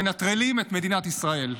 מנטרלים את מדינת ישראל,